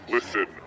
Listen